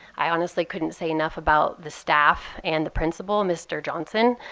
i honestly couldn't say enough about the staff and the principal, mr. johnson.